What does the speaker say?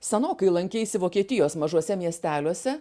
senokai lankeisi vokietijos mažuose miesteliuose